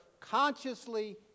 consciously